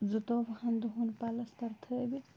زٕتووُہَن دۄہَن پَلَستَر تھٲوِتھ